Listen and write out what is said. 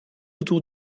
autour